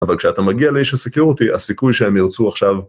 אבל כשאתה מגיע לאיש הסקיורוטי הסיכוי שהם ירצו עכשיו